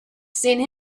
seen